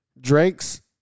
Drake's